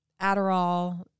Adderall